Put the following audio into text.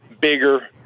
bigger